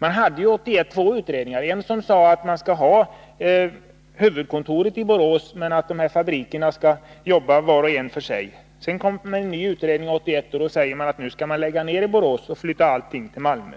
Man hade 1981 tagit fram två utredningar: en som sade att man skall ha huvudkontoret i Borås men att fabrikerna skall arbeta var för sig och en annan som ansåg att Boråsfabriken skulle läggas ned och all produktion flyttas till Malmö.